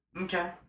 Okay